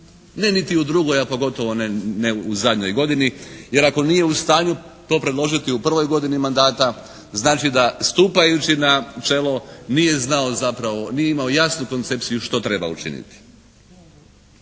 Ne niti u drugoj, a pogotovo ne u zadnjoj godini, jer ako nije u stanju to predložiti u prvoj godini mandata znači da stupajući na čelo nije znao zapravo, nije imao jasnu koncepciju što treba učiniti.